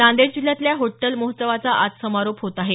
नांदेड जिल्ह्यातल्या होट्टल महोत्सवाचा आज समारोप होत आहे